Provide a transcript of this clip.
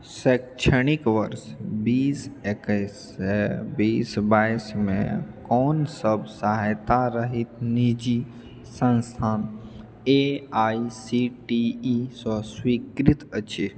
शैक्षणिक वर्ष बीस एकैस से बीस बाईस मे कोन सब सहायता रहित निजी संस्थान A I C T E सँ स्वीकृत अछि